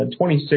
26